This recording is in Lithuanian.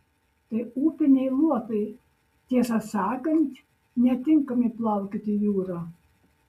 tai upiniai luotai tiesą sakant netinkami plaukioti jūra